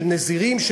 של נזירים,